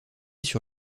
sur